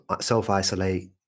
self-isolate